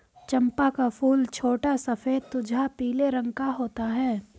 चंपा का फूल छोटा सफेद तुझा पीले रंग का होता है